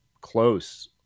close